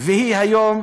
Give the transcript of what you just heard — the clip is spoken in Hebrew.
והיא היום